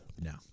No